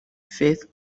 faith